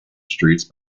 streets